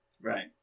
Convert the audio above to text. Right